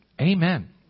Amen